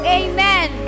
amen